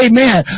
Amen